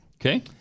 Okay